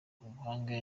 ubuhamya